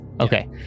okay